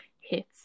hits